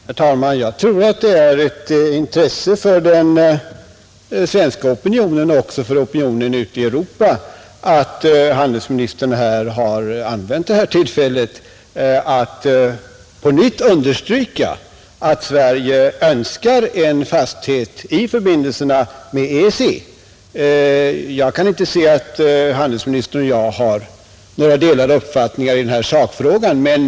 Herr talman! Jag tror att det är ett intresse för den svenska opinionen och också för opinionen ute i Europa att handelsministern har använt detta tillfälle att på nytt understryka att Sverige önskar en fasthet i förbindelserna med EEC. Jag kan inte se att handelsministern och jag har några delade uppfattningar i sakfrågan.